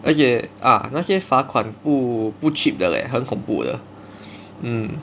而且啊那些罚款不不 cheap 的 leh 很恐怖的 mm